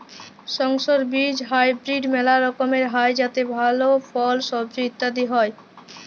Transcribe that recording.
সংকর বীজ হাইব্রিড মেলা রকমের হ্যয় যাতে ভাল ফল, সবজি ইত্যাদি হ্য়য়